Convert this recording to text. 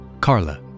Carla